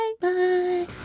Bye